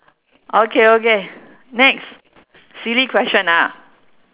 okay okay next silly question ah